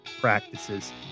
practices